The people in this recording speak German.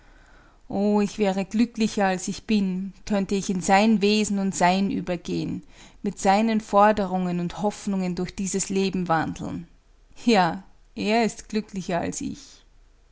o ich wäre glücklicher als ich bin könnte ich in sein wesen und sein übergehen mit seinen forderungen und hoffnungen durch dieses leben wandeln ja er ist glücklicher als ich